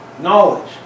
Knowledge